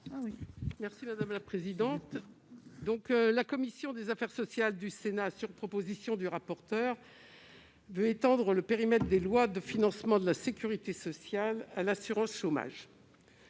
n° 13 rectifié. La commission des affaires sociales du Sénat, sur proposition du rapporteur, veut étendre le périmètre des lois de financement de la sécurité sociale à l'assurance chômage.